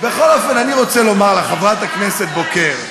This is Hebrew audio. בכל אופן, אני רוצה לומר לך, חברת הכנסת בוקר.